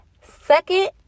Second